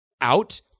out